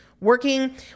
working